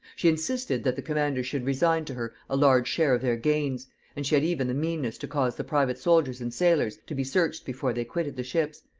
she insisted that the commanders should resign to her a large share of their gains and she had even the meanness to cause the private soldiers and sailors to be searched before they quitted the ships,